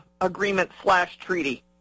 agreement-slash-treaty